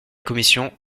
commission